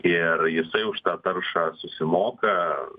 ir jisai už tą taršą susimoka